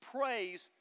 praise